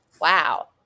wow